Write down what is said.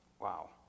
wow